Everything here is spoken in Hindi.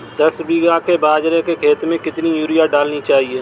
दस बीघा के बाजरे के खेत में कितनी यूरिया डालनी चाहिए?